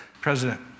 president